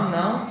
now